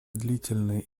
длительное